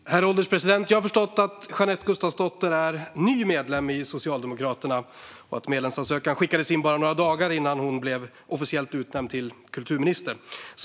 STYLEREF Kantrubrik \* MERGEFORMAT Svar på interpellationerHerr ålderspresident! Jag har förstått att Jeanette Gustafsdotter är ny medlem i Socialdemokraterna och att medlemsansökan skickades in bara några dagar innan hon officiellt utnämndes till kulturminister.